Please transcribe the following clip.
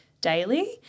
daily